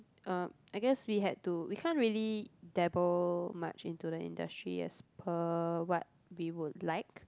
uh I guess we had to we can't really dabble much into the industry as per what we would like